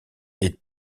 est